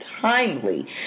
timely